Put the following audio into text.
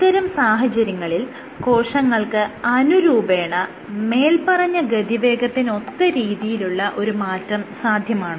ഇത്തരം സാഹചര്യങ്ങളിൽ കോശങ്ങൾക്ക് അനുരൂപേണ മേല്പറഞ്ഞ ഗതിവേഗത്തിനൊത്ത രീതിയിലുള്ള ഒരു മാറ്റം സാധ്യമാണോ